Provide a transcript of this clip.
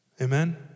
Amen